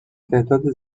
تعداد